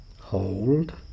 hold